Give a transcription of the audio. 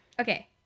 Okay